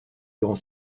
durant